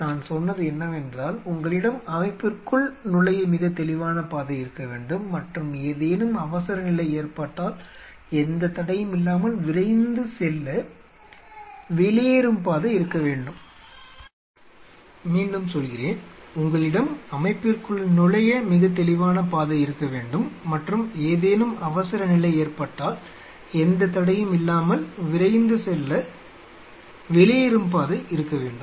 நான் சொன்னது என்னவென்றால் உங்களிடம் அமைப்பிற்குள் நுழைய மிகத் தெளிவானப் பாதை இருக்க வேண்டும் மற்றும் ஏதேனும் அவசரநிலை ஏற்பட்டால் எந்த தடையும் இல்லாமல் விரைந்து செல்ல வெளியேறும் பாதை இருக்க வேண்டும்